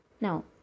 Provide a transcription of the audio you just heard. Now